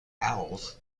owls